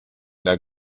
der